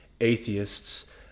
atheists